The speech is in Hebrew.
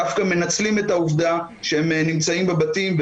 דווקא מנצלים את העובדה שהם נמצאים בבתים,